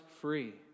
free